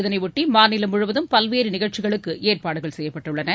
இதனையொட்டி மாநிலம் முழுவதும் பல்வேறு நிகழ்ச்சிகளுக்கு ஏற்பாடுகள் செய்யப்பட்டுள்ளன